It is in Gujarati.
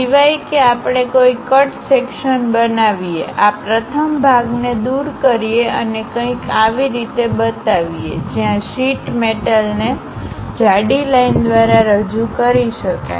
સિવાય કે આપણે કોઈ કટ સેક્શનબનાવીએ આ પ્રથમ ભાગને દૂર કરીએ અને કંઈક આવી રીતે બતાવીએ જ્યાં શીટ મેટલને જાડી લાઇન દ્વારા રજૂ કરી શકાય